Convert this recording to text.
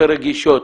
יותר רגישות.